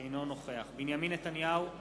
אינו נוכח בנימין נתניהו,